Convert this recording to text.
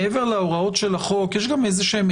מעבר להוראות של החוק יש גם עקרונות